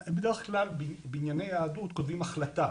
בדרך כלל בענייני יהדות כתובים החלטה,